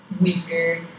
Weaker